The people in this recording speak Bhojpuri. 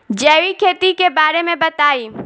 जैविक खेती के बारे में बताइ